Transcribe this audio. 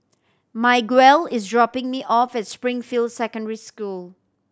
Miguel is dropping me off at Springfield Secondary School